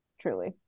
truly